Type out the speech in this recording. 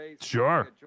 Sure